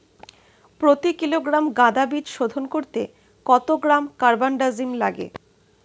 প্রতি কিলোগ্রাম গাঁদা বীজ শোধন করতে কত গ্রাম কারবানডাজিম লাগে?